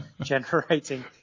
generating